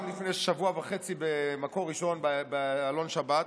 לפני שבוע וחצי במקור ראשון בעלון שבת,